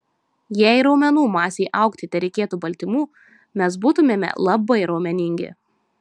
jei raumenų masei augti tereikėtų baltymų mes būtumėme labai raumeningi